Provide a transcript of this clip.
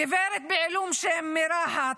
גברת בעילום שם מרהט,